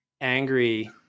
angry